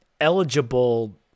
eligible